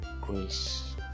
grace